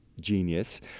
genius